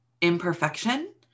imperfection